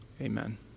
amen